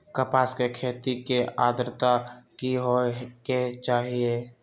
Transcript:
कपास के खेती के लेल अद्रता की होए के चहिऐई?